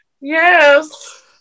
yes